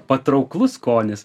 patrauklus skonis